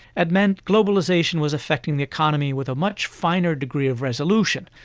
it meant globalisation was affecting the economy with a much finer degree of resolution.